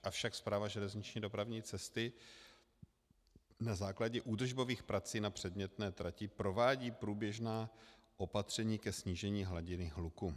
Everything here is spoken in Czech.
Avšak Správa železniční dopravní cesty na základě údržbových prací na předmětné trati provádí průběžná opatření ke snížení hladiny hluku.